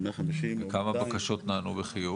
כמה בקשות נענו בחיוב?